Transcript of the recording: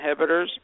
inhibitors